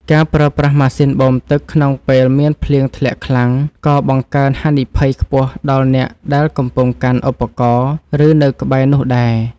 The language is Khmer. ការប្រើប្រាស់ម៉ាស៊ីនបូមទឹកក្នុងពេលមានភ្លៀងធ្លាក់ខ្លាំងក៏បង្កើនហានិភ័យខ្ពស់ដល់អ្នកដែលកំពុងកាន់ឧបករណ៍ ឬនៅក្បែរនោះដែរ។